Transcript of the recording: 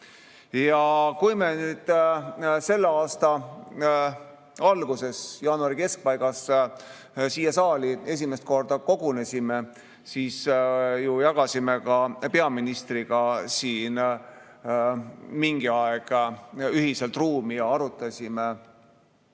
Kui me selle aasta alguses, jaanuari keskpaigas siia saali esimest korda kogunesime, siis jagasime ka peaministriga siin mingi aeg ühiselt ruumi ja arutasime